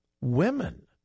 Women